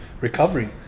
recovery